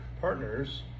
partners